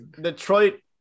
Detroit